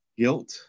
guilt